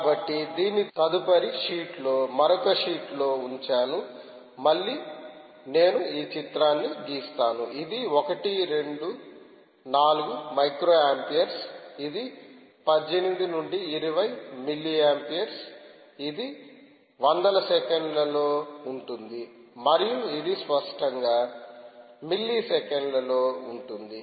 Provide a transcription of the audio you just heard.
కాబట్టి దీన్ని తదుపరి షీట్లో మరొక షీట్ లో ఉంచాను మళ్ళీ నేను ఈ చిత్రాన్ని గీస్తాను ఇది 1 2 4 మైక్రో ఆంపియర్ ఇది 18 నుండి 20 మిల్లీ ఆంపియర్ ఇది వందల సెకన్లలో ఉంటుంది మరియు ఇది స్పష్టంగా మిల్లీ సెకన్లలో ఉంటుంది